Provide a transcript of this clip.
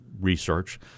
research